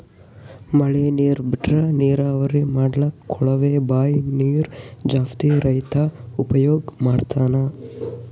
ಮಳಿ ನೀರ್ ಬಿಟ್ರಾ ನೀರಾವರಿ ಮಾಡ್ಲಕ್ಕ್ ಕೊಳವೆ ಬಾಂಯ್ ನೀರ್ ಜಾಸ್ತಿ ರೈತಾ ಉಪಯೋಗ್ ಮಾಡ್ತಾನಾ